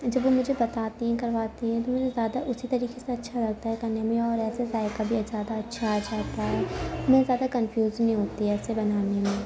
جب وہ مجھے بتاتی ہیں کرواتی ہیں تو مجھے زیادہ اسی طریقے سے اچھا لگتا ہے کرنے میں اور ایسے ذائکہ بھی زیادہ اچھا آ جاتا ہے میں زیادہ کنفیوز نہیں ہوتی ایسے بنانے میں